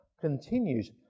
continues